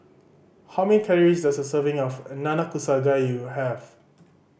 how many calories does a serving of Nanakusa Gayu have